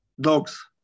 Dogs